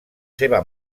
seva